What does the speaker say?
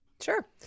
Sure